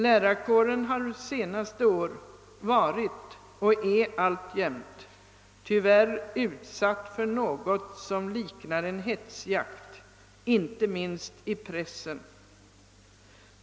Lärarkåren har de senaste åren varit och är alltjämt tyvärr utsatt för något som liknar en hetsjakt, inte minst i pressen.